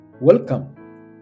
welcome